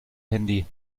handy